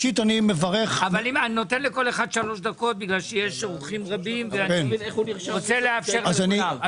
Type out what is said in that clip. אני נותן לכל אחד שלוש דקות כי יש אורחים רבים ואני רוצה לאפשר לכולם.